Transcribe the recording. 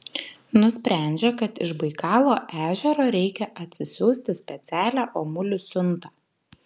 nusprendžia kad iš baikalo ežero reikia atsisiųsti specialią omulių siuntą